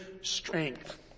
strength